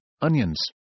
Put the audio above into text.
onions